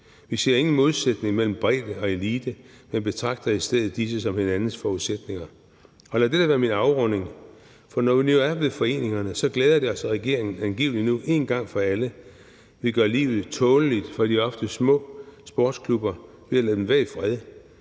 Vi ser ingen modsætning mellem bredde og elite, men betragter i stedet disse som hinandens forudsætninger. Og lad dette være min afrunding, for når vi nu er ved foreningerne, glæder det os, at regeringen angiveligt nu en gang for alle vil gøre livet tåleligt for de ofte små sportsklubber ved at lade dem være i fred